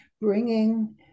bringing